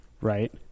Right